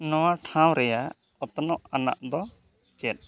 ᱱᱚᱣᱟ ᱴᱷᱟᱶ ᱨᱮᱱᱟᱜ ᱚᱛᱱᱚᱜ ᱟᱱᱟᱜ ᱫᱚ ᱪᱮᱫ